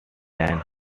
line